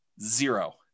zero